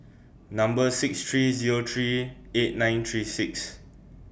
Number six three Zero three eight nine three six